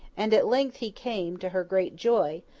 and at length he came, to her great joy,